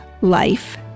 life